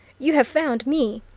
you have found me!